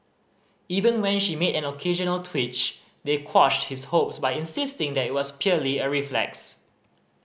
even when she made an occasional twitch they quashed his hopes by insisting that it was purely a reflex